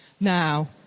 now